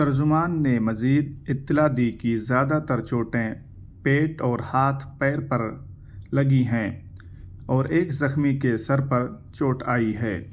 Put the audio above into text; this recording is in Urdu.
ترجمان نے مزید اِطّلاع دی کہ زیادہ تر چوٹیں پیٹ اور ہاتھ پیر پر لگی ہیں اور ایک زخمی کے سر پر چوٹ آئی ہے